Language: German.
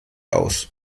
aus